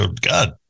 God